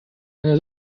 eine